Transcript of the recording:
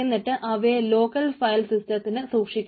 എന്നിട്ട് അവയെ local file സിസ്റ്റത്തികനത്തു സൂക്ഷിക്കുന്നു